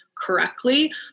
correctly